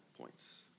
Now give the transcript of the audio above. points